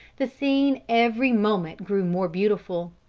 the scene every moment grew more beautiful.